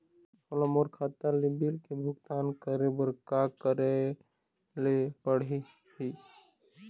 मोला मोर खाता ले बिल के भुगतान करे बर का करेले पड़ही ही?